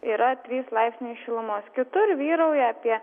yra trys laipsniai šilumos kitur vyrauja apie